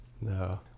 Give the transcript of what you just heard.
No